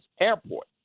airport